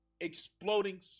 exploding